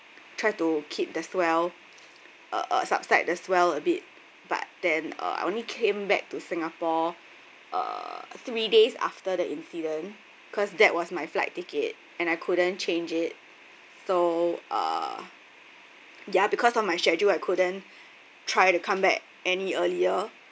tried to keep the swell uh uh subside the swell a bit but then uh I only came back to singapore uh three days after the incident because that was my flight ticket and I couldn't change it so uh ya because of my schedule I couldn't try to come back any earlier